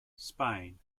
spain